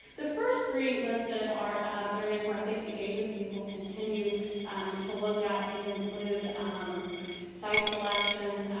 the first three listed are areas where i think the agencies will continue to look at. these includes um site selection,